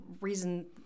reason